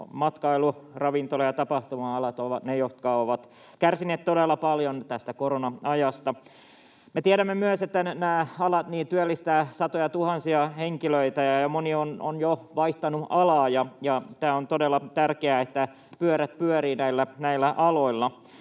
matkailu‑, ravintola‑ ja tapahtuma-alat ovat ne alat, jotka ovat kärsineet todella paljon korona-ajasta. Me tiedämme myös, että nämä alat työllistävät satojatuhansia henkilöitä, ja moni on jo vaihtanut alaa, ja on todella tärkeää, että pyörät pyörivät näillä aloilla.